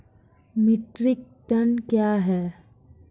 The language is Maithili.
मीट्रिक टन कया हैं?